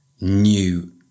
new